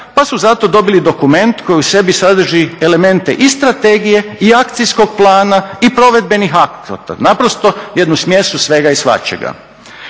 pa su zato dobili dokument koji u sebi sadrži elemente i strategije, i akcijskog plana, i provedbenih akata. Naprosto jednu smjesu svega i svačega.